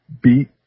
beat